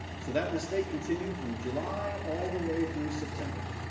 so that mistake continued from july all the way through september.